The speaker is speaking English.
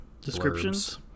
descriptions